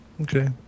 Okay